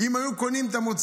אם הם היו קונים את המוצרים,